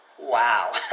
Wow